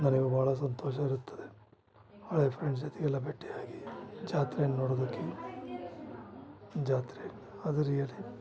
ನನಗೆ ಭಾಳ ಸಂತೋಷಯಿರುತ್ತದೆ ಹಳೆ ಫ್ರೆಂಡ್ಸ್ ಜೊತೆಗೆಲ್ಲ ಭೇಟಿಯಾಗಿ ಜಾತ್ರೆನ ನೋಡೋದಕ್ಕೆ ಜಾತ್ರೆ ಅದು ರಿಯಲಿ